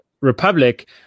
Republic